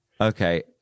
Okay